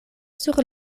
sur